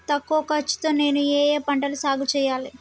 తక్కువ ఖర్చు తో నేను ఏ ఏ పంటలు సాగుచేయాలి?